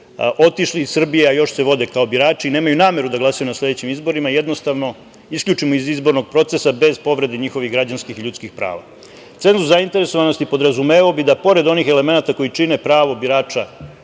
otišli iz Srbije, a još se vode kao birači, nemaju nameru da glasaju na sledećim izborima, jednostavno isključimo iz izbornog procesa, bez povrede njihovih građanskih i ljudskih prava. Cenzus zainteresovanosti podrazumevao bi da, pored onih elemenata koji čine pravo birača,